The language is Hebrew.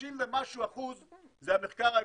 30% ומשהו זה המחקר האפידמיולוגי.